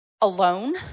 alone